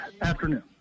afternoon